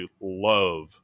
love